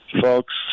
Folks